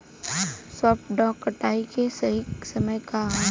सॉफ्ट dough कटाई के सही समय का ह?